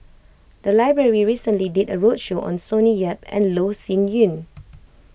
the library recently did a roadshow on Sonny Yap and Loh Sin Yun